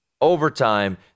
overtime